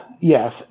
yes